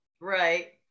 right